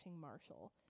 marshall